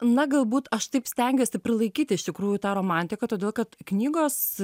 na galbūt aš taip stengiuosi prilaikyti iš tikrųjų tą romantiką todėl kad knygos